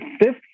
fifth